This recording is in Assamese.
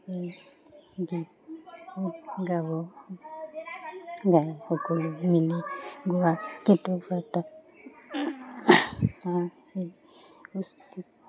এই গাব গাই সকলো মিলি গোৱা গীতৰপৰা এটা